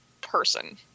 person